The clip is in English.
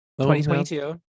2022